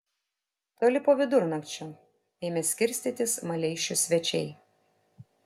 toli po vidurnakčio ėmė skirstytis maleišių svečiai